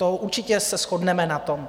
To určitě se shodneme na tom.